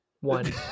one